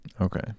Okay